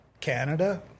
Canada